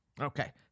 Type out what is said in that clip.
Okay